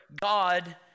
God